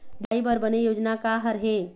दिखाही बर बने योजना का हर हे?